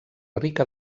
rica